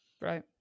Right